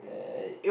uh